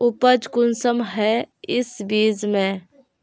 उपज कुंसम है इस बीज में?